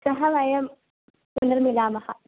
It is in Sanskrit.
श्वः वयं पुनर्मिलामः